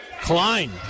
Klein